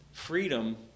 Freedom